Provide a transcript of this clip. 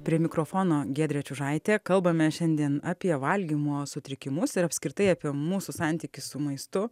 prie mikrofono giedrė čiužaitė kalbame šiandien apie valgymo sutrikimus ir apskritai apie mūsų santykį su maistu